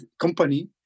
company